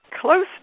close